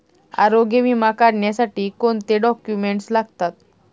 आरोग्य विमा काढण्यासाठी कोणते डॉक्युमेंट्स लागतात?